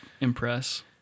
impress